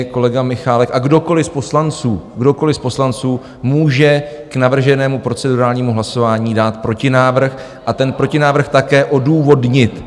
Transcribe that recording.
Kolega Michálek a kdokoli z poslanců kdokoli z poslanců může k navrženému procedurálnímu hlasování dát protinávrh, ten protinávrh také odůvodnit.